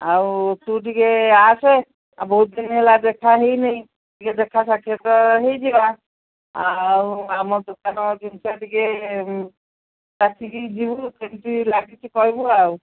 ଆଉ ତୁ ଟିକେ ଆସେ ଆଉ ବହୁତ ଦିନ ହେଲା ଦେଖା ହେଇ ନାହିଁ ଟିକେ ଦେଖା ସାକ୍ଷାତ ହେଇଯିବା ଆଉ ଆମ ଦୋକାନ ଜିନିଷ ଟିକେ ଚାଖିକି ଯିବୁ କେମତି ଲାଗୁଛି କହିବୁ ଆଉ